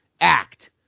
act